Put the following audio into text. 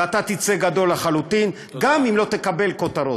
ואתה תצא גדול לחלוטין גם אם לא תקבל כותרות.